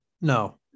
no